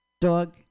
Dog